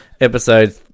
episode